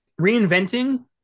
reinventing